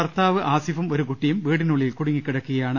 ഭർത്താവ് ആസിഫും ഒരു കുട്ടിയും വീടിനുള്ളിൽ കുടുങ്ങിക്കിടക്കുകയാണ്